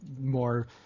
more